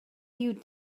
you